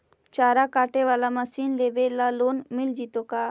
चारा काटे बाला मशीन लेबे ल लोन मिल जितै का?